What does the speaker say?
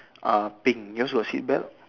uh pink yours got seat belt